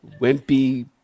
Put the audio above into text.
Wimpy